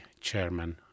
chairman